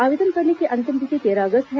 आवेदन करने की अंतिम तिथि तेरह अगस्त है